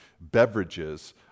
beverages